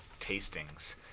tastings